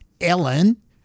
Ellen